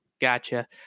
Gotcha